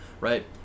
right